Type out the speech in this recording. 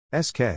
SK